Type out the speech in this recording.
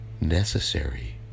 necessary